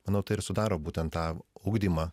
manau tai ir sudaro būtent tą ugdymą